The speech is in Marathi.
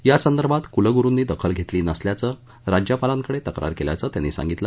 या संदर्भात कुलगुरूंनी दखल घेतली नसल्यान राज्यपालांकडे तक्रार केल्याचं त्यांनी सांगितलं